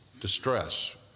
distress